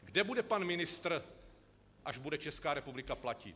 Kde bude pan ministr, až bude Česká republika platit?